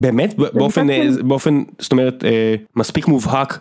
באמת באופן זאת אומרת מספיק מובהק